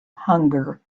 hunger